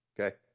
okay